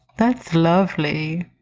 that's lovely